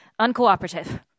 uncooperative